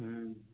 হ্যাঁ